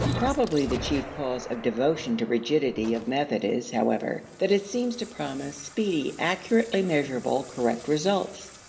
probably the chief cause of devotion to rigidity of method is, however, that it seems to promise speedy, accurately measurable, correct results.